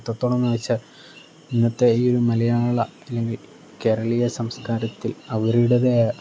എത്രത്തോളം എന്ന് വെച്ചാൽ ഇന്നത്തെ ഈ ഒരു മലയാള അല്ലെങ്കിൽ കേരളീയ സംസ്കാരത്തിൽ അവരുടെതായ